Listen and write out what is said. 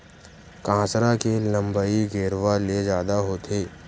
कांसरा के लंबई गेरवा ले जादा होथे